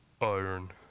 Iron